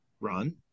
run